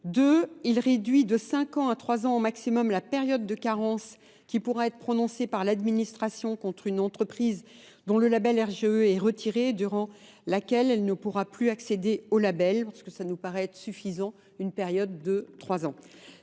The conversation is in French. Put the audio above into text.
Deux, il réduit de 5 ans à 3 ans au maximum la période de carence qui pourra être prononcée par l'administration contre une entreprise dont le label RGE est retiré, durant laquelle elle ne pourra plus accéder au label, parce que ça nous paraît suffisant, une période de 3 ans.